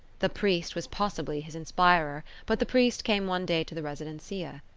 the priest was possibly his inspirer but the priest came one day to the residencia.